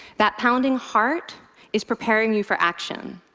that pounding heart is preparing you for action.